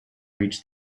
reached